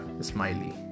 smiley